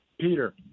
Peter